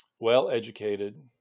well-educated